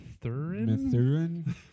Methurin